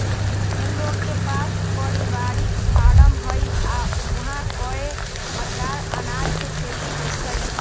उ लोग के पास परिवारिक फारम हई आ ऊहा कए परकार अनाज के खेती होई छई